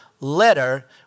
letter